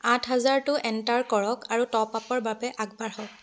আঠ হেজাৰটো এণ্টাৰ কৰক আৰু টপআপৰ বাবে আগবাঢ়ক